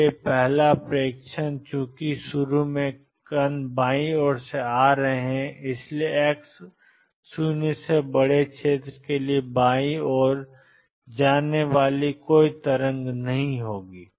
इसलिए पहला प्रेक्षण चूंकि शुरू में कण बाईं ओर से आ रहे हैं इसलिए x0 क्षेत्र के लिए बाईं ओर जाने वाली कोई तरंग नहीं होगी